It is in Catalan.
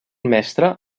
mestre